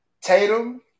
Tatum –